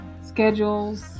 schedules